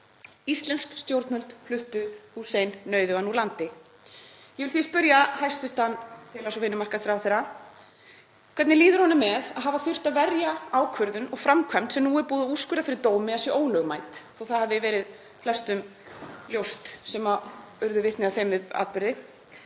Íslensk stjórnvöld fluttu Hussein nauðugan úr landi. Ég vil því spyrja hæstv. félags- og vinnumarkaðsráðherra: Hvernig líður honum með að hafa þurft að verja ákvörðun og framkvæmd sem nú er búið að úrskurða fyrir dómi að sé ólögmæt? Það var flestum ljóst sem urðu vitni að þeim atburði.